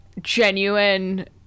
genuine